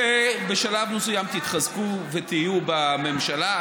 שבשלב מסוים תתחזקו ותהיו בממשלה,